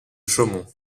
chaumont